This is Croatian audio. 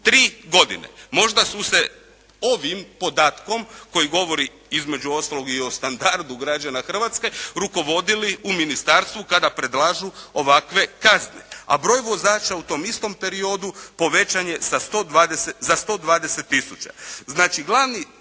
tri godine. Možda su se ovim podatkom koji govori između ostalog i o standardu građana Hrvatske, rukovodili u ministarstvu kada predlažu ovakve kazne, a broj vozača u tom istom periodu povećan je za 120 tisuća.